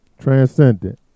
Transcendent